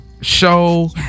show